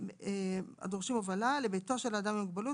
או מבית מרקחת" "לביתו של האדם עם מוגבלות,